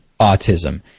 autism